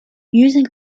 using